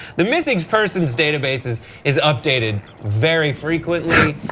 the missing person's database is is updated very frequently,